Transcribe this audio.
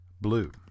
Blue